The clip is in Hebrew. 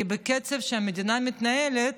כי בקצב שהמדינה מתנהלת